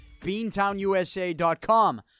beantownusa.com